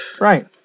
Right